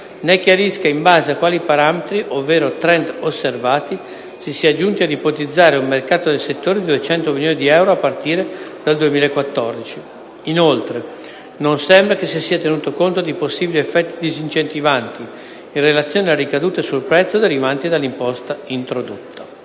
ne´ chiarisca in base a quali parametri, ovvero trend osservati, si sia giunti ad ipotizzare un mercato del settore di 200 milioni di euro a partire dal 2014. Inoltre, non sembra che si sia tenuto conto di possibili effetti disincentivanti, in relazione alle ricadute sul prezzo derivanti dall’imposta introdotta».